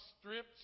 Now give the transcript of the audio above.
strips